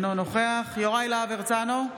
אינו נוכח יוראי להב הרצנו,